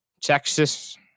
Texas